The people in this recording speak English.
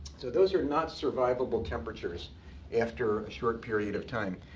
so those are not survivable temperatures after a short period of time.